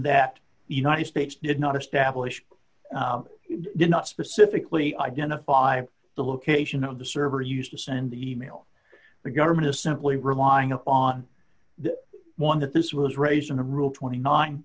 that united states did not establish did not specifically identify the location of the servers used to send the e mail the government is simply relying on the one that this was raised in a rule twenty nine